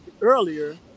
earlier